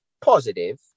positive